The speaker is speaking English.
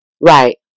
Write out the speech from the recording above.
Right